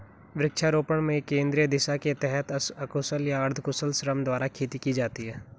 वृक्षारोपण में केंद्रीय दिशा के तहत अकुशल या अर्धकुशल श्रम द्वारा खेती की जाती है